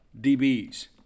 DBs